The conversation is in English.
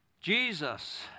Jesus